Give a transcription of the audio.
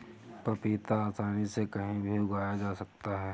पपीता आसानी से कहीं भी उगाया जा सकता है